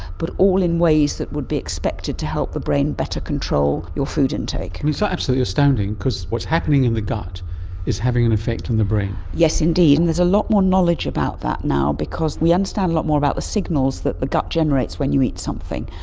but all in ways that would be expected to help the brain better control your food intake. and it's so absolutely astounding because what is happening in the gut is having an effect in the brain. yes indeed, and there's a lot more knowledge about that now because we understand a lot more about the signals that the gut generates when you eat something.